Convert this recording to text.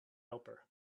helper